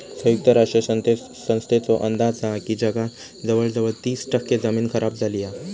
संयुक्त राष्ट्र संस्थेचो अंदाज हा की जगात जवळजवळ तीस टक्के जमीन खराब झाली हा